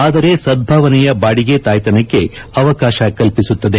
ಆದರೆ ಸದ್ದಾವನೆಯ ಬಾಡಿಗೆ ತಾಯ್ತಾನಕ್ಕೆ ಅವಕಾಶ ಕಲ್ಪಿಸುತ್ತದೆ